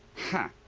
huh.